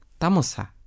Tamosa